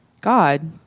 God